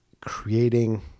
creating